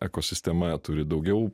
ekosistema turi daugiau